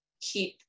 keep